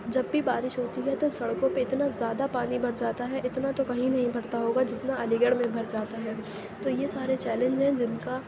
جب بھی بارش ہوتی ہے تو سڑکوں پہ اتنا زیادہ پانی بھر جاتا ہے اتنا تو کہیں نہیں بھرتا ہوگا جتنا علی گڑھ میں بھر جاتا ہے تو یہ سارے چیلنج ہیں جن کا